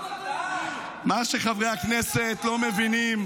מה שחברי הכנסת לא מבינים,